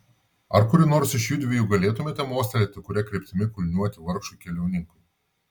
ar kuri nors iš judviejų galėtumėte mostelėti kuria kryptimi kulniuoti vargšui keliauninkui